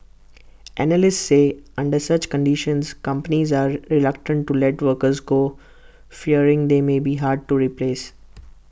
analysts say under such conditions companies are reluctant to let workers go fearing they may be hard to replace